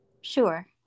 sure